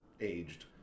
aged